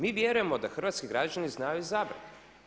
Mi vjerujemo da hrvatski građani znaju izabrati.